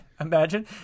imagine